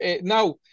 Now